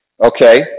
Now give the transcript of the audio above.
okay